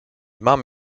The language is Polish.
mam